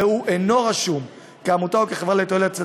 והוא אינו רשום כיום כעמותה או כחברה לתועלת הציבור,